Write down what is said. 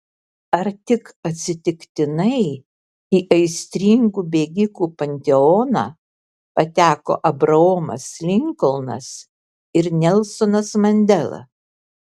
ar tik atsitiktinai į aistringų bėgikų panteoną pateko abraomas linkolnas ir nelsonas mandela